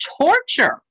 torture